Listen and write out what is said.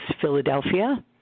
Philadelphia